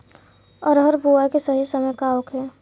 अरहर बुआई के सही समय का होखे?